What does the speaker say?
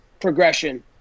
progression